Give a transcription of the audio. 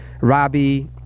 Robbie